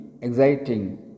exciting